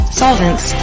solvents